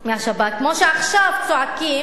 מהשב"כ כמו שעכשיו צועקים,